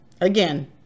Again